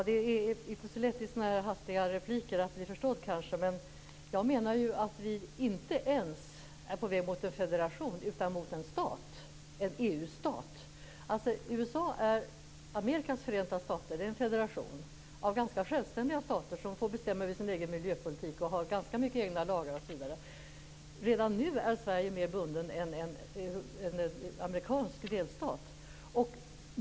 Fru talman! Det kanske inte är så lätt att bli förstådd i sådana här hastiga repliker. Jag menar att vi inte ens är på väg mot en federation utan mot en stat, en EU-stat. USA, Amerikas förenta stater, är en federation av ganska självständiga stater. De får bestämma över sin egen miljöpolitik, ha ganska mycket egna lagar osv. Redan nu är Sverige mer bundet än en amerikansk delstat.